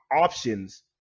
options